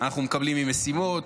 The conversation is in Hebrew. אנחנו מקבלים ממשימות,